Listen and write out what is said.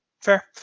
Fair